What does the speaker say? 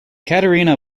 katerina